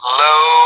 low